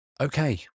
okay